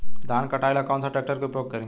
धान के कटाई ला कौन सा ट्रैक्टर के उपयोग करी?